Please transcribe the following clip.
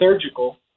surgical